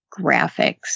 graphics